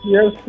Yes